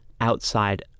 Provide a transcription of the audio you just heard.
outside